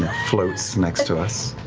floats next to us.